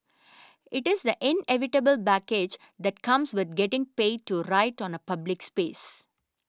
it is the inevitable baggage that comes with getting paid to write on a public space